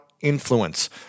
influence